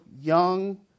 young